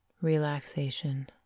relaxation